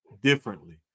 differently